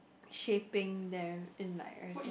shaping them and like everything